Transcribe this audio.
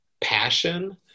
passion